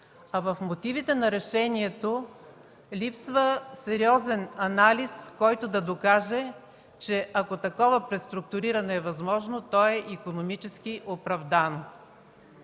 а в мотивите на решението липсва сериозен анализ, който да докаже, че ако такова преструктуриране е възможно, то е икономически оправдано.